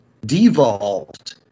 devolved